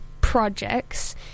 projects